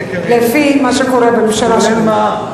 לפי מה שקורה בממשלה שלי.